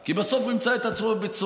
כי בסוף הוא ימצא את עצמו בבית הסוהר.